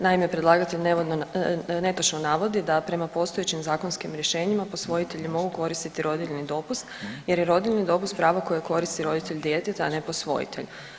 Naime, predlagatelj netočno navodi da prema postojećim zakonskim rješenjima posvojitelji mogu koristiti rodiljni dopust jer je rodiljni dopust pravo koje koristi roditelj djeteta, a ne posvojitelj.